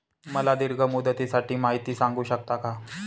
मला दीर्घ मुदतीसाठी माहिती सांगू शकता का?